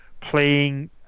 playing